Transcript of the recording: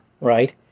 right